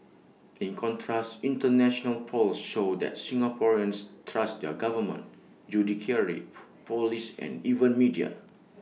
in contrast International polls show that Singaporeans trust their government judiciary Police and even media